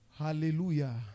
hallelujah